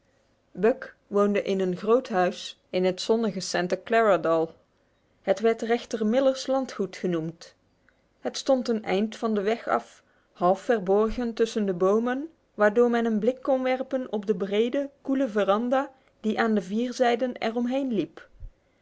buck woonde in een groot huis in het zonnige santa clara dal het werd rechter miller's landgoed genoemd het stond een eind van de weg af half verborgen tussen de bomen waardoor men een blik kon werpen op de brede koele veranda die aan de vier zijden er omheen liep